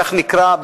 כך נקרא,